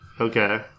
Okay